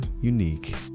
unique